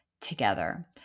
together